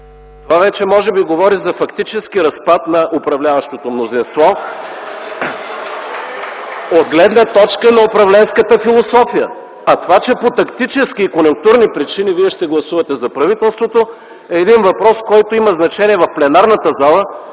Това вече може би говори за фактически разпад на управляващото мнозинство (ръкопляскания от КБ, оживление) от гледна точка на управленската философия. А това, че по тактически и конюнктурни причини вие ще гласувате за правителството, е един въпрос, който има значение в пленарната зала,